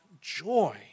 joy